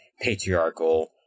patriarchal